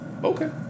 Okay